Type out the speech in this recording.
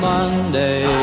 Monday